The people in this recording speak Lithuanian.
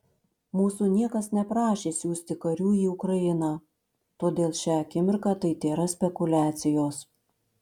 mūsų niekas neprašė siųsti karių į ukrainą todėl šią akimirką tai tėra spekuliacijos